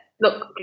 look